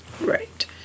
Right